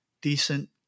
decent